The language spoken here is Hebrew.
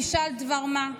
/ האם בישלת דבר מה?